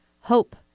HOPE